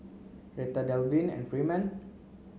Retta Delvin and Freeman